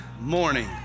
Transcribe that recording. morning